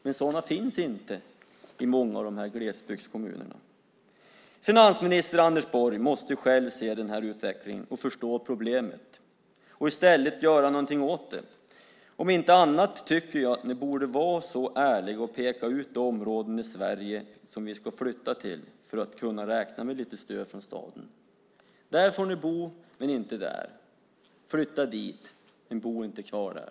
Men sådana finns inte i många av glesbygdskommunerna. Finansminister Anders Borg måste själv se utvecklingen, förstå problemet och göra något åt det. Om inte annat tycker jag att ni borde vara så ärliga att ni pekade ut de områden i Sverige som vi ska flytta till för att kunna räkna med lite stöd från staten. Där får ni bo, men inte där. Flytta dit, men bo inte kvar där.